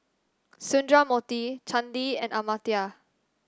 Sundramoorthy Chandi and Amartya